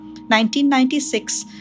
1996